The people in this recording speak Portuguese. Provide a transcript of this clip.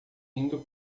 indo